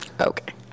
Okay